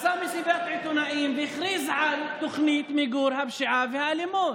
עשה מסיבת עיתונאים והכריז על תוכנית למיגור הפשיעה והאלימות.